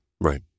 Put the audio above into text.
Right